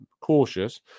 cautious